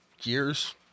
years